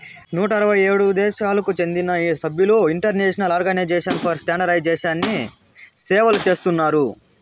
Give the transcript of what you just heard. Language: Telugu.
నూట అరవై ఏడు దేశాలకు చెందిన సభ్యులు ఇంటర్నేషనల్ ఆర్గనైజేషన్ ఫర్ స్టాండర్డయిజేషన్ని సేవలు చేస్తున్నారు